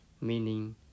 Meaning